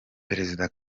perezida